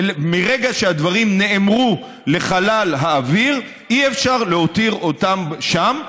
ומרגע שהדברים נאמרו לחלל האוויר אי-אפשר להותיר אותם שם,